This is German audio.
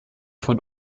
von